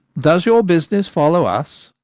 does your business follow us?